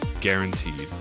guaranteed